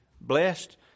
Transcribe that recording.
blessed